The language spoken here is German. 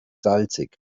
salzig